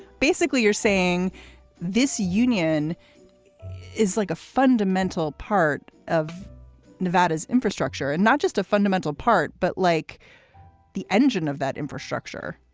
basically, you're saying this union is like a fundamental part of nevada's infrastructure and not just a fundamental part, but like the engine of that infrastructure.